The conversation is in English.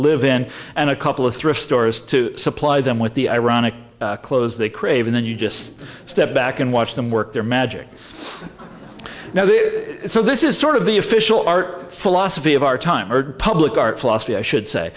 live in and a couple of thrift stores to supply them with the ironic clothes they crave and then you just step back and watch them work their magic now so this is sort of the official art philosophy of our time public art philosophy i should say